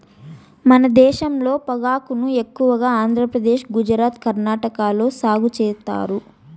మన దేశంలో పొగాకును ఎక్కువగా ఆంధ్రప్రదేశ్, గుజరాత్, కర్ణాటక లో సాగు చేత్తారు